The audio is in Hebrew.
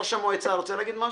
ראש המועצה רוצה להגיד משהו?